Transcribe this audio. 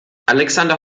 alexander